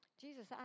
Jesus